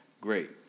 great